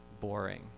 boring